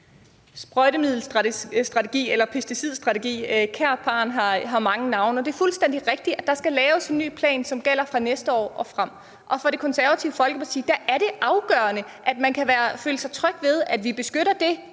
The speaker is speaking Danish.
Sprøjtemiddelstrategi eller pesticidstrategi, kært barn har mange navne, og det er fuldstændig rigtigt, at der skal laves en ny plan, som gælder fra næste år og frem. Det er afgørende for Det Konservative Folkeparti, at man kan føle sig tryg ved, at vi beskytter det